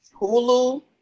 Hulu